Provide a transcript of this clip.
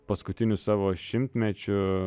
paskutinių savo šimtmečių